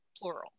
plural